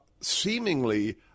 seemingly